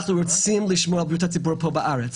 אנחנו רוצים לשמור על בריאות הציבור בארץ,